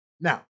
Now